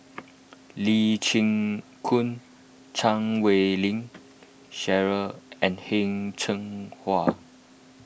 Lee Chin Koon Chan Wei Ling Cheryl and Heng Cheng Hwa